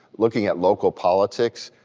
looking at local politics,